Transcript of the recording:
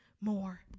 more